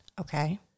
Okay